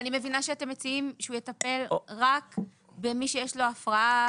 אני מבינה שאתם מציעים שהוא יטפל רק במי שיש לו הפרעה